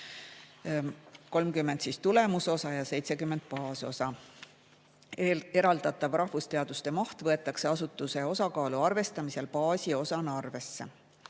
30% tulemuse osa ja 70% baasosa. Eraldatav rahvusteaduste maht võetakse asutuse osakaalu arvestamisel baasi osana arvesse. Margit